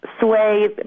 sway